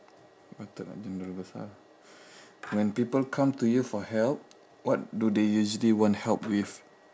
when people come to you for help what do they usually want help with